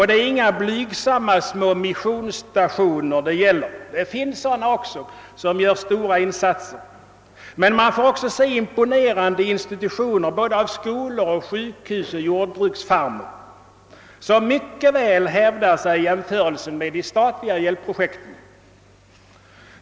Det är ingalunda små blygsamma missionsstationer det gäller. Det finns sådana också som gör stora insatser. Men man får också se imponerande institutioner i form av skolor, sjukhus och jordbruksfarmer, som mycket väl hävdar sig i jämförelse med statliga hjälpprojekt.